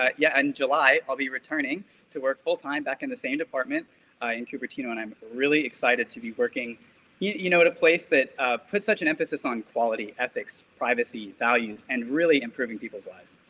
ah yeah, in july, i'll be returning to work full time back in the same department in cupertino. and i'm really excited to be working you know at a place that put such an emphasis on quality ethics, privacy, values and really improving people's lives.